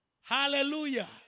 Hallelujah